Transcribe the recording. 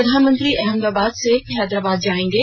प्रधानमंत्री अहमदाबाद से मोदी हैदराबाद जाएंगे